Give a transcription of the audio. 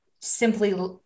simply